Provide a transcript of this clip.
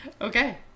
Okay